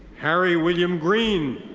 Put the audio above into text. harry william green.